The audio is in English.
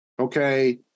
Okay